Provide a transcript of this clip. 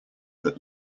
that